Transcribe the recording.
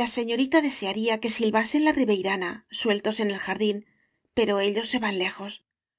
la señorita desearía que silbasen la riveirana sueltos en el jardín pero ellos se van lejos un